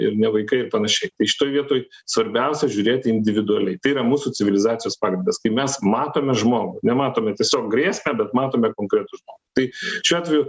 ir ne vaikai ir panašiai tai šitoj vietoj svarbiausia žiūrėti individualiai tai yra mūsų civilizacijos pagrindas kai mes matome žmogų nematome tiesiog grėsmę bet matome konkretus tai šiuo atveju